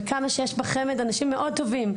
ושיש בחמ"ד אנשים מאוד טובים,